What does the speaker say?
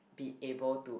be able to